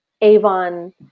Avon